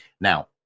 Now